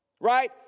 right